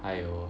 还有